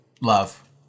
Love